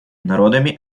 народами